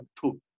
two